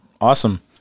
awesome